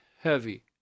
heavy